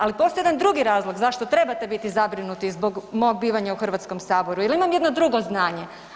Ali postoji jedan drugi razlog zašto trebate biti zabrinuti zbog mog bivanja u Hrvatskom saboru, jer imam jedno drugo znanje.